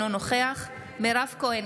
אינו נוכח מירב כהן,